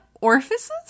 orifices